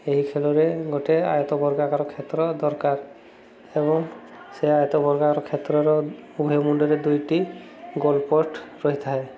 ଏହି ଖେଳରେ ଗୋଟେ ଆୟତ ବର୍ଗାକର କ୍ଷେତ୍ର ଦରକାର ଏବଂ ସେ ଆୟତ ବର୍ଗାକର କ୍ଷେତ୍ରର ଉଭୟ ମୁୁଣ୍ଡରେ ଦୁଇଟି ଗୋଲ୍ ପୋଷ୍ଟ୍ ରହିଥାଏ